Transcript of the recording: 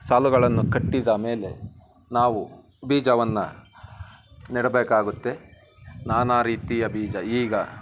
ಸಾಲುಗಳನ್ನು ಕಟ್ಟಿದ ಮೇಲೆ ನಾವು ಬೀಜವನ್ನು ನೆಡಬೇಕಾಗುತ್ತೆ ನಾನಾ ರೀತಿಯ ಬೀಜ ಈಗ